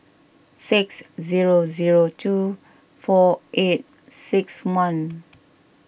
six zero zero two four eight six one